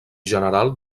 general